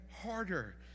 harder